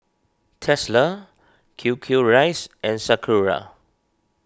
Tesla Q Q Rice and Sakura